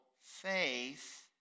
faith